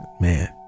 Man